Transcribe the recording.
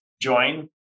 join